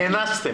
נאנסתם.